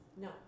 No